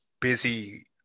busy